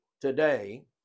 today